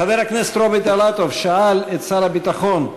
חבר הכנסת רוברט אילטוב שאל את שר הביטחון: